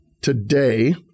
today